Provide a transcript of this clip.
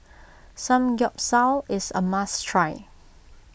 Samgeyopsal is a must try